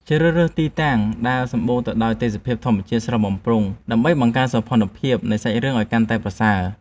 ជ្រើសរើសទីតាំងដែលសម្បូរទៅដោយទេសភាពធម្មជាតិស្រស់បំព្រងដើម្បីបង្កើនសោភ័ណភាពនៃសាច់រឿងឱ្យកាន់តែប្រសើរ។